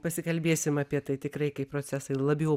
pasikalbėsim apie tai tikrai kai procesai labiau